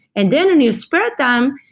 and then a new spare time,